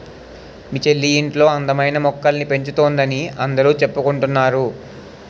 మీ చెల్లి ఇంట్లో అందమైన మొక్కల్ని పెంచుతోందని అందరూ చెప్పుకుంటున్నారు